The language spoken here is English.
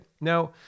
Now